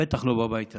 בטח לא בבית הזה,